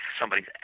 somebody's